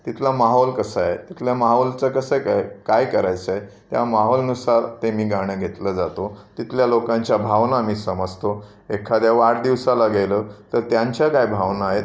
तिथला माहोल कसा आहे तिथल्या माहोलचं कसंकाय काय करायचं आहे त्या माहोलनुसार ते मी गाणं घेतलं जातो तिथल्या लोकांच्या भावना मी समजतो एखाद्या वाडदिवसाला गेलं तर त्यांच्या काय भावना आहेत